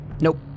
Nope